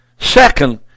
Second